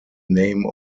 name